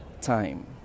time